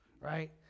right